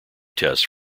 tests